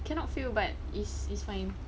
cannot feel but is is fine